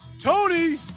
Tony